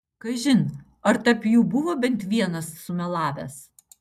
kažin ar tarp jų buvo bent vienas sumelavęs